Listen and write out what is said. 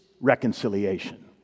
reconciliation